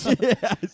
Yes